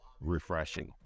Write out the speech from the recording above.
Refreshing